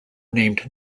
named